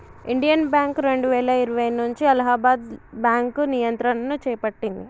Indian Bank రెండువేల ఇరవై నుంచి అలహాబాద్ బ్యాంకు నియంత్రణను చేపట్టింది